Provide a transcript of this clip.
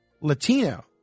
Latino